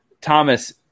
Thomas